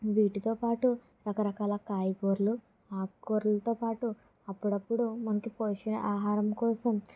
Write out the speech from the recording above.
వీటితోపాటు రకరకాల కాయగూరలు ఆకుకూరలతో పాటు అప్పుడప్పుడు మనకి పోషన ఆహారం కోసం